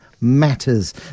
matters